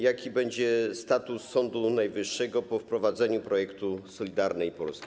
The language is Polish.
Jaki będzie status Sądu Najwyższego po wprowadzeniu projektu Solidarnej Polski?